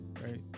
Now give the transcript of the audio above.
Right